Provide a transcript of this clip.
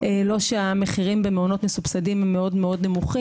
לא שהמחירים במעונות מסובסדים הם מאוד מאוד נמוכים.